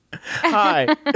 Hi